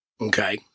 Okay